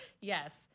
yes